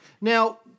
Now